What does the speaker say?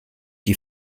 die